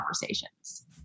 conversations